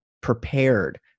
prepared